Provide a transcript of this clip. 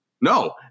No